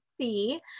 see